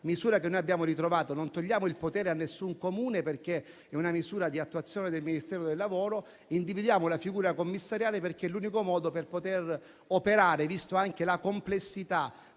misura che ci siamo ritrovati. Non togliamo il potere a nessun Comune, perché è una misura di attuazione del Ministero del lavoro. Individuiamo la figura commissariale perché è l'unico modo per poter operare, vista anche la complessità